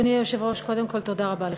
אדוני היושב-ראש, קודם כול תודה רבה לך.